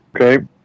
Okay